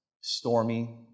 stormy